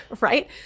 right